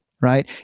right